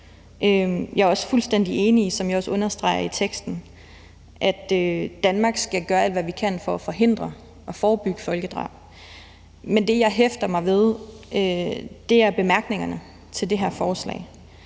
Jeg er også fuldstændig enig, som jeg også understreger i teksten, at Danmark skal gøre alt, hvad vi kan, for at forhindre og forebygge folkedrab. Men det, jeg hæfter mig ved, er bemærkningerne til det her forslag,